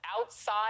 outside